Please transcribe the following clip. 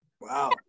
Wow